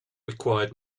required